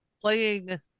Playing